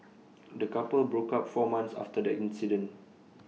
the couple broke up four months after the incident